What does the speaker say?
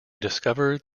discovered